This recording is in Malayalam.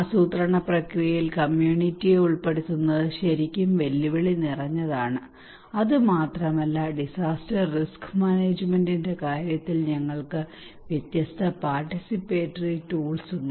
ആസൂത്രണ പ്രക്രിയയിൽ കമ്മ്യൂണിറ്റിയെ ഉൾപ്പെടുത്തുന്നത് ശരിക്കും വെല്ലുവിളി നിറഞ്ഞതാണ് അത് മാത്രമല്ല ഡിസാസ്റ്റർ റിസ്ക് മാനേജ്മെന്റിന്റെ കാര്യത്തിൽ ഞങ്ങൾക്ക് വ്യത്യസ്ത പാർട്ടിസിപ്പേറ്ററി ടൂൾസ് ഉണ്ട്